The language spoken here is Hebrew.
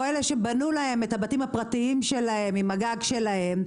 או אלה שבנו להם את הבתים הפרטיים שלהם עם הגג שלהם,